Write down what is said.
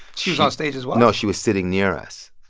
she was on stage as well? no, she was sitting near us.